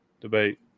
debate